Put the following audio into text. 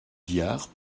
diard